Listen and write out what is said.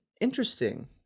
interesting